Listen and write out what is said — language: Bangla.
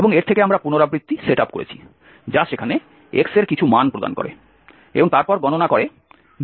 এবং এর থেকে আমরা পুনরাবৃত্তি সেটআপ করেছি যা সেখানে x এর কিছু মান প্রদান করে এবং তারপর গণনা করে GxHb